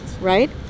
Right